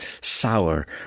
sour